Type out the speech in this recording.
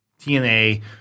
TNA